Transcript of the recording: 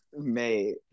Mate